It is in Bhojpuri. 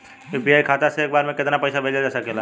यू.पी.आई खाता से एक बार म केतना पईसा भेजल जा सकेला?